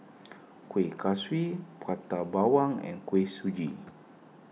Kueh Kaswi Prata Bawang and Kuih Suji